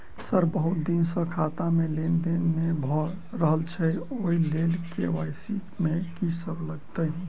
Sir बहुत दिन सऽ खाता मे लेनदेन नै भऽ रहल छैय ओई लेल के.वाई.सी मे की सब लागति ई?